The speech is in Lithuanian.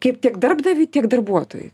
kaip tiek darbdaviui tiek darbuotojui